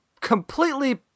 completely